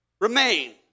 remain